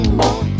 more